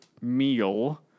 meal